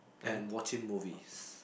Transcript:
and watching movies